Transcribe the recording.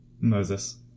Moses